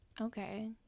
okay